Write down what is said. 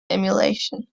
emulation